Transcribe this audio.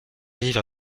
vivre